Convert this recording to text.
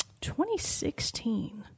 2016